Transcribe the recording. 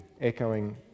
echoing